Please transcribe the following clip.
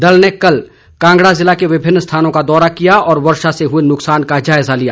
दल ने कल कांगड़ा जिला के विभिन्न स्थानों का दौरा किया और वर्षा से हए नुकसान का जायजा लिया